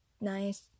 nice